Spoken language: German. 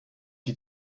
die